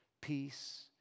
peace